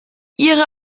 ihre